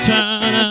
Turn